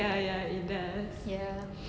ya